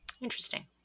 Interesting